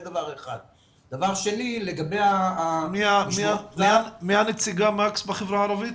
דבר שני, לגבי ה --- מי הנציגה בחברה הערבית?